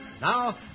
Now